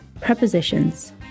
prepositions